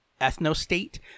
ethnostate